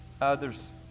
Others